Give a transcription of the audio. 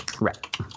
Right